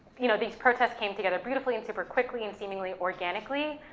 you know, these protests came together beautifully, and super quickly, and seemingly organically.